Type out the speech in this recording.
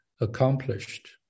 accomplished